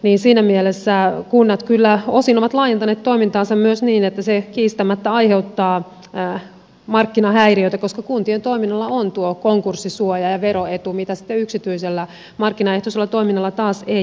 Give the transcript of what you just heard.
siinä mielessä kunnat kyllä osin ovat laajentaneet toimintaansa myös niin että se kiistämättä aiheuttaa markkinahäiriötä koska kuntien toiminnalla on tuo konkurssisuoja ja veroetu mitä yksityisellä markkinaehtoisella toiminnalla taas ei ole